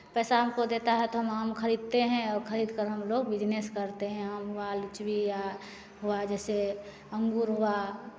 पैसा हमको देता है तो हम आम खरीदते हैं और खरीद कर हम लोग बिज़नेस करते हैं आम हुआ लीची हुआ जैसे अंगूर हुआ